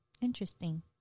Interesting